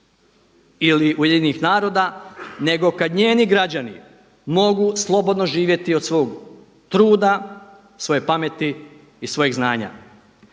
dio EU ili UN-a nego kada njeni građani mogu slobodno živjeti od svog truda, svoje pameti i svojeg znanja.